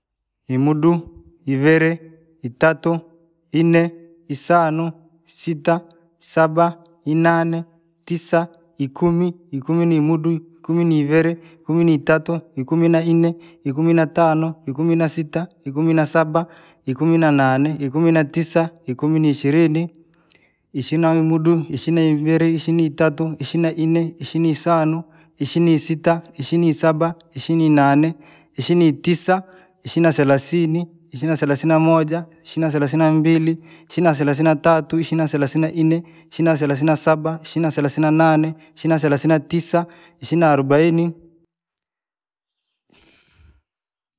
Imudu, iviri, itatu, inne, isano, sita, saba, inane, tisa, ikumi, ikumi ni imudu, ikumi ni iviri, ikumi ni itatu, ikumu na inne, ikumi na tano, ikumi na sita, ikumi na saba, ikumi na nane, ikumi na tisa, ikumi ni ishirini, ishina imudu, ishina iviri, ishina itatu, ishina inne, ishina isano, ishina isita, ishina isaba, ishina inane, ishina itisa, ishina sarasini, ishina sarasini namoja, ishina sarasini nambli, ishina sarasini natatu, ishina sarasini nainne, ishina sarasini nasaba, ishina sarasini nanane, ishina sarasini natisa, ishina arobaini,